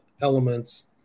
elements